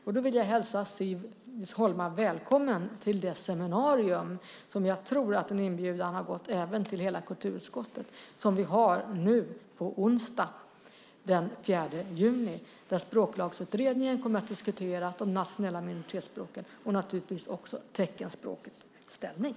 Jag vill hälsa Siv Holma välkommen till det seminarium som jag tror att hela kulturutskottet har fått en inbjudan till som vi har nu på onsdag den 4 juni. Där kommer Språklagsutredningen att diskutera de nationella minoritetsspråken och naturligtvis också teckenspråkets ställning.